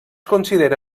considera